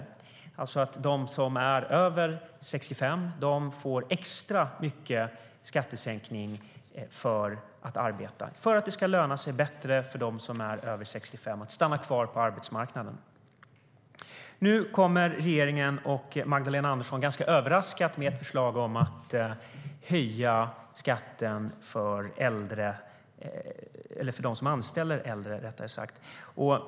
De som är över 65 år får extra mycket skattesänkning för att arbeta för att det ska löna sig bättre för dem att stanna kvar på arbetsmarknaden. Nu kommer regeringen och Magdalena Andersson ganska överraskande med ett förslag om att höja skatten för dem som anställer äldre.